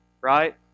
right